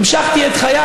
המשכתי את חיי.